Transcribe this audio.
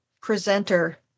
presenter